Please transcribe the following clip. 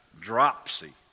dropsy